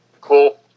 Cool